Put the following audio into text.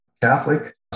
Catholic